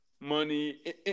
Money